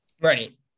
right